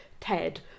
ted